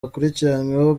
akurikiranyweho